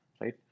right